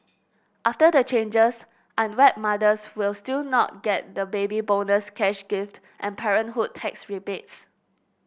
after the changes unwed mothers will still not get the Baby Bonus cash gift and parenthood tax rebates